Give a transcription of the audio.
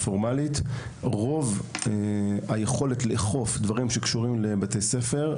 הפורמלית: רוב היכולת לאכוף דברים שקשורים לבתי הספר,